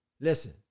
Listen